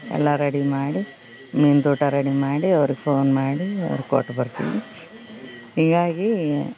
ಎಲ್ಲ ರೆಡಿ ಮಾಡಿ ಮೀನ್ದ ಊಟ ರೆಡಿ ಮಾಡಿ ಅವ್ರಿಗೆ ಫೋನ್ ಮಾಡಿ ಕೊಟ್ಟು ಬರ್ತೀನಿ ಹೀಗಾಗಿ